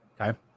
Okay